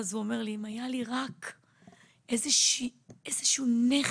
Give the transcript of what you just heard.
אז הוא אומר לי: אם היה לי רק איזשהו נכד,